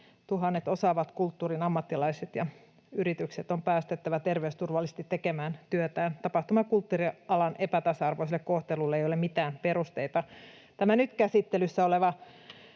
Kymmenettuhannet osaavat kulttuurin ammattilaiset ja yritykset on päästettävä terveysturvallisesti tekemään työtään. Tapahtuma- ja kulttuurialan epätasa-arvoiselle kohtelulle ei ole mitään perusteita. Tässä nyt käsittelyssä olevassa